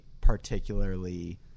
particularly